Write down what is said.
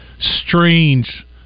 strange